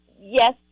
yes